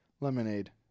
lemonade